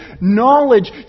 knowledge